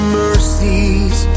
mercies